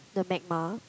the magma